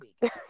week